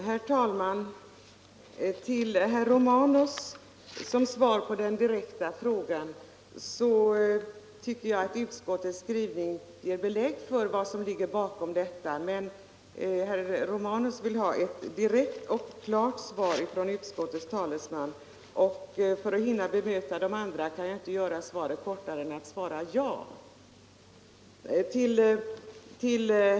Herr talman! Som svar på herr Romanus direkta fråga vill jag säga att jag tycker att utskottets skrivning ger uttryck för vad vi menar. Herr Romanus vill ha ett direkt och klart svar ifrån utskottets talesman, och för att hinna bemöta de andra talarna svarar jag kort och gott — ja.